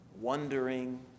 wondering